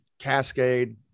Cascade